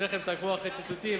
שניכם תעקבו אחרי ציטוטים,